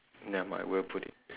nevermind we will put it